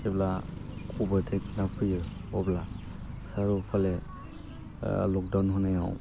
जेब्ला कभिड नाइन्टिना फैयो अब्ला सारि अफाले लकडाउन होनायाव